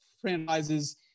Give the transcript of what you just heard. franchises